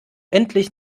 endlich